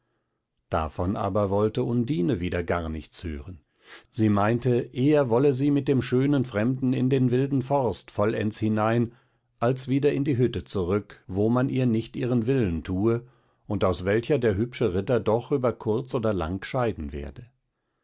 davon aber wollte undine wieder gar nichts hören sie meinte eher wolle sie mit dem schönen fremden in den wilden forst vollends hinein als wieder in die hütte zurück wo man ihr nicht ihren willen tue und aus welcher der hübsche ritter doch über kurz oder lang scheiden werde